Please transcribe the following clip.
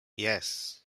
yes